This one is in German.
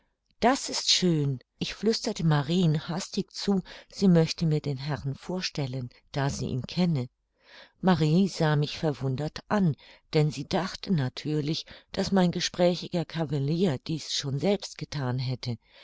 das ist schön ich flüsterte marien hastig zu sie möchte mir den herrn vorstellen da sie ihn kenne marie sah mich verwundert an denn sie dachte natürlich daß mein gesprächiger cavalier dies schon selbst gethan hätte